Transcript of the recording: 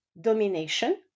domination